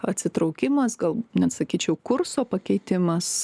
atsitraukimas gal net sakyčiau kurso pakeitimas